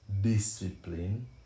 Discipline